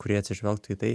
kurie atsižvelgtų į tai